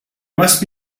must